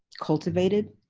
cultivated